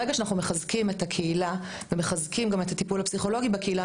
ברגע שאנחנו מחזקים את הקהילה ומחזקים גם את הטיפול הפסיכולוגי בקהילה,